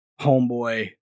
homeboy